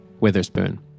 Witherspoon